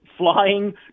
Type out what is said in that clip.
flying